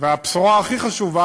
והבשורה הכי חשובה,